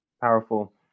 powerful